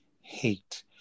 hate